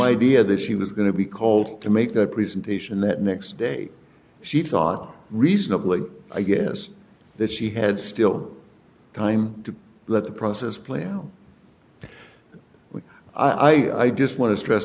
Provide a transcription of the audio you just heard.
idea that she was going to be called to make that presentation the next day she thought reasonably i guess that she had still time to let the process play out which i just want to stress